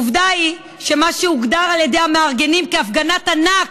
עובדה היא שמה שהוגדר על ידי המארגנים כהפגנת ענק